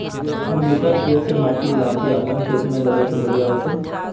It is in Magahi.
हम दूसरा के खेत से माटी ला के अपन खेत में दबे ते बढ़िया होते?